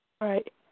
Right